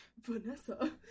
Vanessa